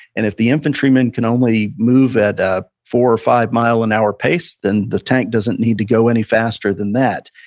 and if the infantrymen can only move at a four or five mile an hour pace, then the tank doesn't need to go any faster than that.